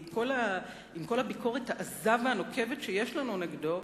עם כל הביקורת העזה והנוקבת שיש לנו עליו,